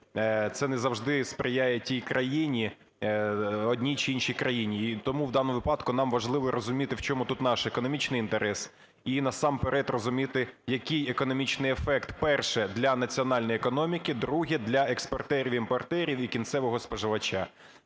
це не завжди сприяє тій країні, одній чи іншій країні. І тому в даному випадку нам важливо розуміти, в чому тут наш економічний інтерес, і насамперед розуміти, який економічний ефект, перше – для національної економіки, друге – для експортерів, імпортерів і кінцевого споживача.